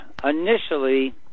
Initially